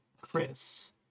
Chris